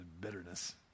bitterness